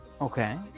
Okay